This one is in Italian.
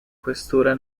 questura